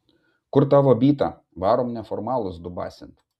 kur tavo byta varom neformalus dubasint